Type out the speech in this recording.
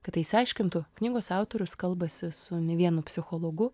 kad tai išsiaiškintų knygos autorius kalbasi su ne vienu psichologu